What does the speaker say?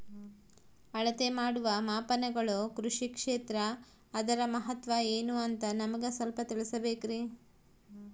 ಅಳತೆ ಮಾಡುವ ಮಾಪನಗಳು ಕೃಷಿ ಕ್ಷೇತ್ರ ಅದರ ಮಹತ್ವ ಏನು ಅಂತ ನಮಗೆ ಸ್ವಲ್ಪ ತಿಳಿಸಬೇಕ್ರಿ?